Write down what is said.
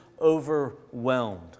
overwhelmed